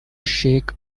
shake